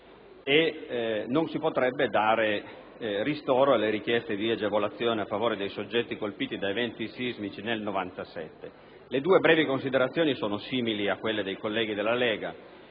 non si potrebbe dare ristoro alle richieste di agevolazione a favore dei soggetti colpiti da eventi sismici avvenuti nel 1997. Le due brevi considerazioni sono simili a quelle già svolte dai colleghi della Lega.